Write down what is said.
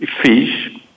fish